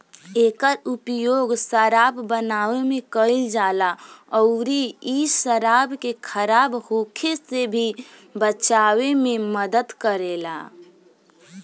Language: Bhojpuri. एकर उपयोग शराब बनावे में कईल जाला अउरी इ शराब के खराब होखे से भी बचावे में मदद करेला